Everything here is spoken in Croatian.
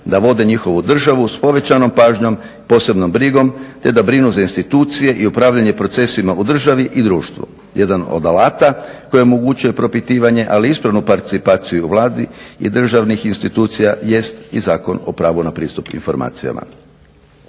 da vode njihovu državu s povećanom pažnjom, posebnom brigom, te da brinu za institucije i upravljanje procesima u državi i društvu. Jedan od alata koji omogućuje propitivanje, ali i ispravnu participaciju u Vladi i državnih institucija jest i Zakon o pravu na pristup informacijama.